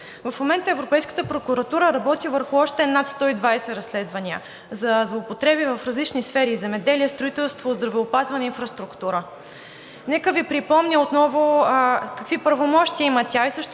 В момента Европейската прокуратура работи върху още над 120 разследвания за злоупотреби в различни сфери – земеделие, строителство, здравеопазване, инфраструктура. Нека Ви припомня отново какви правомощия има тя